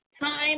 time